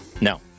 No